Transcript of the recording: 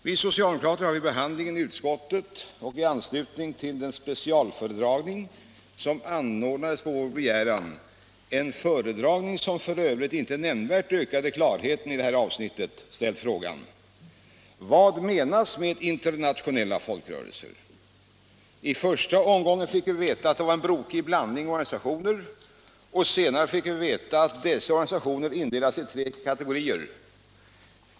Vi socialdemokrater har vid behandlingen i utskottet och i anslutning till den specialföredragning som anordnades på vår begäran — en föredragning som f. ö. inte nämnvärt ökade klarheten i detta avsnitt — ställt frågan: Vad menas med internationella folkrörelser? I första omgången fick vi veta att det var ”en brokig blandning organisationer”, och senare fick vi veta att dessa organisationer indelas i tre kategorier.